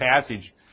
passage